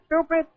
stupid